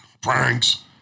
pranks